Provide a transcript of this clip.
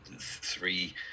three